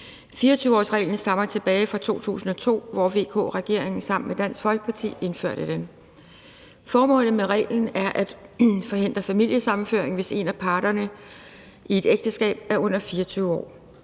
24-årsreglen stammer tilbage fra 2002, hvor VK-regeringen sammen med Dansk Folkeparti indførte den. Formålet med reglen er at forhindre familiesammenføring, hvis en af parterne i et ægteskab er under 24 år.